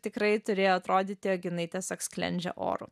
tikrai turėjo atrodyt jog jinai tiesiog sklendžia oru